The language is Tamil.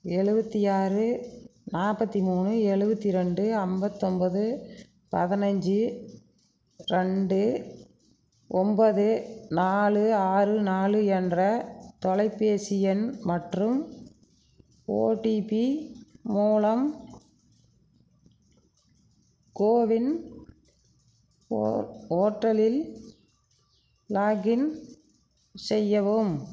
எழுவத்தி ஆறு நாற்பத்தி மூணு எழுவத்தி ரெண்டு ஐம்பத்தொம்போது பதினைஞ்சு ரெண்டு ஒம்போது நாலு ஆறு நாலு என்ற தொலைபேசி எண் மற்றும் ஓடிபி மூலம் கோவின் போர்ட்டலில் லாகின் செய்யவும்